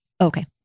Okay